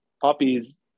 puppies